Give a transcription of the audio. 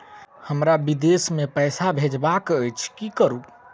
हमरा विदेश मे पैसा भेजबाक अछि की करू?